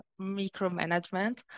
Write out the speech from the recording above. micromanagement